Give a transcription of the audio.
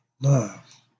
love